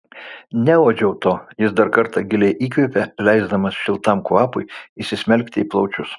neuodžiau to jis dar kartą giliai įkvėpė leisdamas šiltam kvapui įsismelkti į plaučius